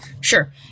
Sure